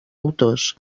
autors